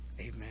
amen